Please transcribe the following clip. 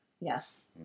Yes